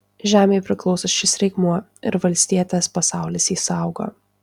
žemei priklauso šis reikmuo ir valstietės pasaulis jį saugo